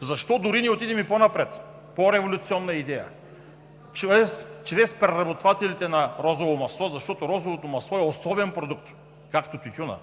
Защо дори не отидем и по-напред? Ето по-революционна идея: чрез преработвателите на розово масло, защото розовото масло е особен продукт, както тютюнът,